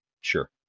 Sure